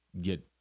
get